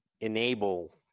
enable